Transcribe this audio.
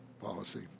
policy